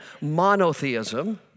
monotheism